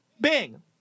Bing